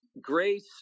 grace